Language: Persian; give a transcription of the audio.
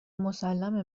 مسلمه